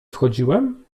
wchodziłem